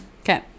Okay